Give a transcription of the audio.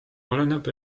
oleneb